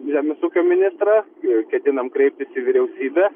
žemės ūkio ministrą ir ketinam kreiptis į vyriausybę